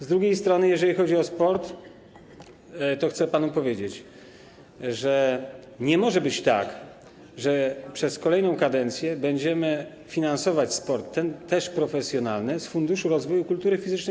Z drugiej strony, jeżeli chodzi o sport, chcę panu powiedzieć, że nie może być tak, że przez kolejną kadencję będziemy finansować sport, też ten profesjonalny, z Funduszu Rozwoju Kultury Fizycznej.